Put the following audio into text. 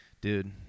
dude